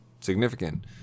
significant